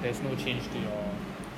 there's no change to your